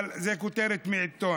אבל זו כותרת מעיתון.